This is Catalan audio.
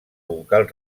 vocal